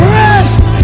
rest